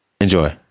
enjoy